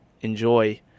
enjoy